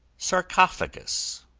sarcophagus,